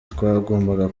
twagomba